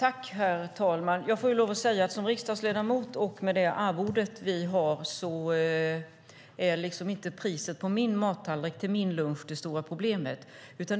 Herr talman! Med det arvode som vi riksdagsledamöter har är inte priset på min lunchtallrik ett stort problem för mig.